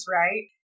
right